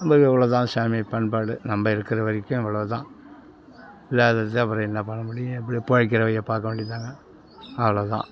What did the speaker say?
நம்ம எவ்வளோதான் சாமி பண்பாடு நம்ம இருக்கிற வரைக்கும் இவ்வளோதான் வேற இது அப்புறம் என்ன பண்ணமுடியும் இப்படி பிழைக்கிற வழியை பார்க்க வேண்டியதுதாங்க அவ்வளோ தான்